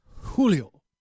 Julio